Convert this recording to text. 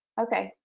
okay,